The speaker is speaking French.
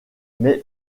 mais